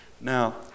Now